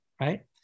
Right